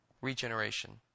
regeneration